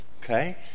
Okay